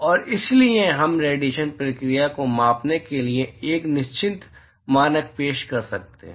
और इसलिए हम रेडिएशन प्रक्रिया को मापने के लिए एक निश्चित मानक पेश कर सकते हैं